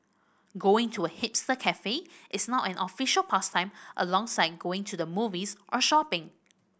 going to a hipster cafe is now an official pastime alongside going to the movies or shopping